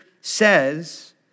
says